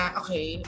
okay